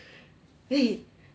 eh 你